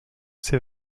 ces